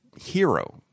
HERO